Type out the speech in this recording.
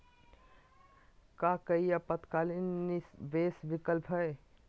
का काई अल्पकालिक निवेस विकल्प हई?